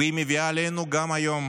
והיא מביאה עלינו גם היום